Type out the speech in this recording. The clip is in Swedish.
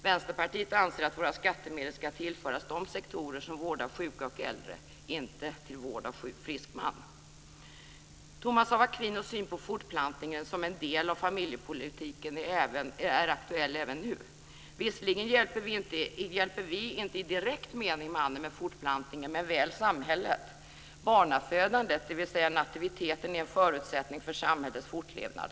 Vänsterpartiet anser att våra skattemedel ska tillföras de sektorer som vårdar sjuka och äldre. De ska inte gå till vård av frisk man. Thomas av Aquinos syn på fortplantningen som en del av familjepolitiken är aktuell även nu. Visserligen hjälper vi inte i direkt mening mannen med fortplantningen, men väl samhället. Barnafödandet, dvs. nativiteten, är en förutsättning för samhällets fortlevnad.